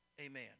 amen